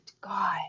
God